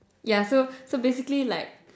yeah so so basically like